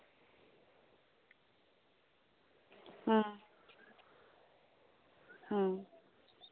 ᱦᱩᱸ ᱦᱩᱸ ᱦᱩᱸ